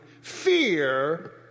fear